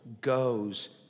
goes